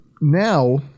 Now